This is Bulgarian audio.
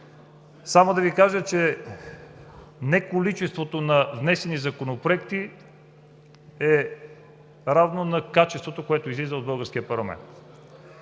Само да Ви кажа, че не количеството на внесените законопроекти е равно на качеството, което излиза от българския парламент.